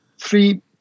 three